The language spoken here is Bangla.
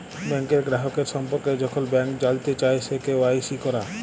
ব্যাংকের গ্রাহকের সম্পর্কে যখল ব্যাংক জালতে চায়, সে কে.ওয়াই.সি ক্যরা